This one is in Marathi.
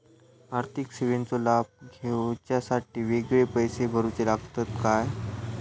आर्थिक सेवेंचो लाभ घेवच्यासाठी वेगळे पैसे भरुचे लागतत काय?